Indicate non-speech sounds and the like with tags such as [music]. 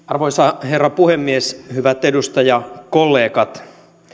[unintelligible] arvoisa herra puhemies hyvät edustajakollegat